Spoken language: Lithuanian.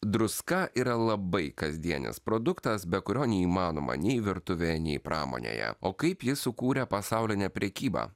druska yra labai kasdienis produktas be kurio neįmanoma nei virtuvėje nei pramonėje o kaip jis sukūrė pasaulinę prekybą